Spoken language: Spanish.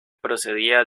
procedía